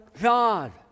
God